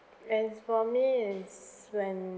as for me is when